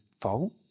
fault